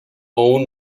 own